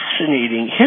fascinating